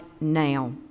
now